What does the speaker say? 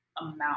amount